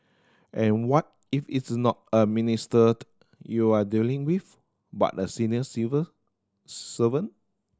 and what if it's not a minister you're dealing with but a senior civil servant